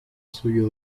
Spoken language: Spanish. suyo